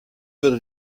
würde